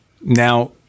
Now